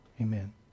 Amen